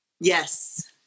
yes